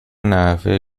نحوه